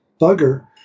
bugger